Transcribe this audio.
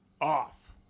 off